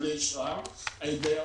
לניצולי השואה על ידי האוצר.